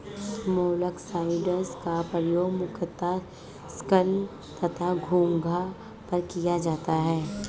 मोलॉक्साइड्स का प्रयोग मुख्यतः स्लग तथा घोंघा पर किया जाता है